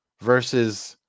versus